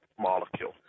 molecule